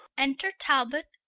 enter talbot,